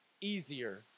easier